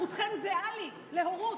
זכותכם זהה לי בהורות,